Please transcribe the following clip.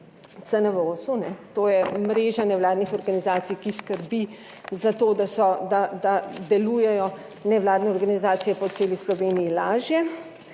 CNVOS-u, kajne, to je mreža nevladnih organizacij, ki skrbi za to, da so, da delujejo nevladne organizacije po celi Sloveniji lažje.